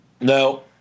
No